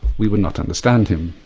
we would not understand him,